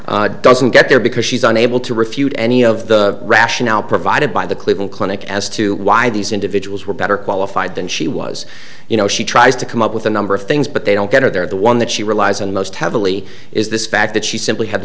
basically doesn't get there because she's unable to refute any of the rationale provided by the cleveland clinic as to why these individuals were better qualified than she was you know she tries to come up with a number of things but they don't get her there the one that she relies on most heavily is this fact that she simply had